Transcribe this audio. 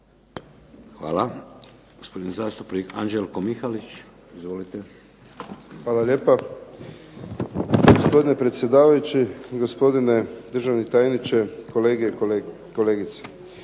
lijepa. Gospodine predsjedavajući, gospodine državni tajniče, kolegice i kolege.